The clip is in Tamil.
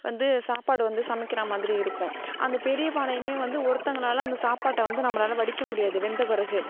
வந்து சாப்பாடு வந்து சமைக்கிற மாதிரி இருக்கும் அந்த பெரிய பானையுமே வந்து ஒருத்தவங்களால அந்த சாப்பாட்டை வந்து நம்மளால வடிக்க முடியாது வெந்த பிறகு